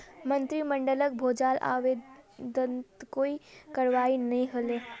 मंत्रिमंडलक भेजाल आवेदनत कोई करवाई नी हले